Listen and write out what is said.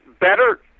better